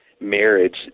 marriage